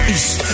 East